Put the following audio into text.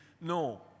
no